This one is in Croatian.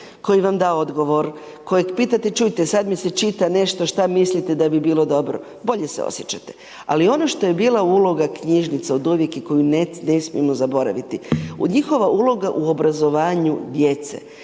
koji vam da odgovor, kojeg pitate, čujte sad mi se čita nešto, šta mislite da bi bilo dobro, bolje se osjećate. Ali ono što je bila uloga knjižnica oduvijek i koju ne smijemo zaboraviti, njihova uloga u obrazovanju djece,